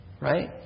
Right